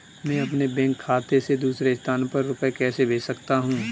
मैं अपने बैंक खाते से दूसरे स्थान पर रुपए कैसे भेज सकता हूँ?